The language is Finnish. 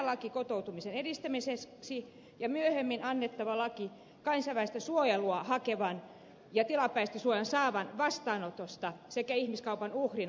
laiksi kotoutumisen edistämisestä ja myöhemmin annettavaksi laiksi kansainvälistä suojelua hakevan ja tilapäistä suojaa saavan vastaanotosta sekä ihmiskaupan uhrien auttamisesta